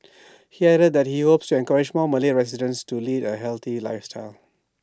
he added that he hopes to encourage more Malay residents to lead A healthy lifestyle